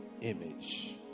image